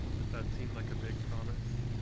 but that seemed like a big promise.